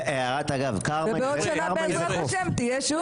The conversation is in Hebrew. ובעוד שנה, בעזרת השם, תהיה שוב.